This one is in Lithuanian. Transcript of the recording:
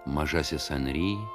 mažasis anry